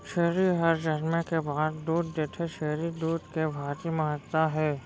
छेरी हर जनमे के बाद दूद देथे, छेरी दूद के भारी महत्ता हे